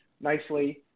nicely